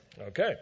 Okay